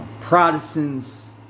Protestants